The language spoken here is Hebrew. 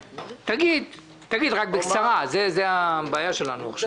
תגיד, אבל בקצרה, זה הבעיה שלנו עכשיו.